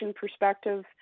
perspective